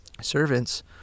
servants